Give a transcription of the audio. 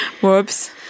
whoops